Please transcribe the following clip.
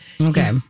Okay